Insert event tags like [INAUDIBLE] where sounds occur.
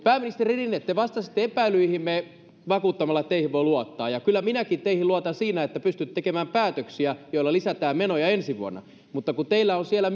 [UNINTELLIGIBLE] pääministeri rinne te vastasitte epäilyihimme vakuuttamalla että teihin voi luottaa ja kyllä minäkin teihin luotan siinä että pystytte tekemään päätöksiä joilla lisätään menoja ensi vuonna mutta kun teillä on siellä [UNINTELLIGIBLE]